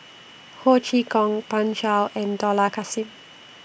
Ho Chee Kong Pan Shou and Dollah Kassim